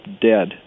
dead